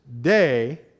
day